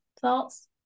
Thoughts